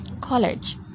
College